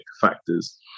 factors